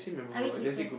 I mean heaters